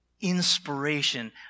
inspiration